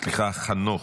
סליחה, חנוך,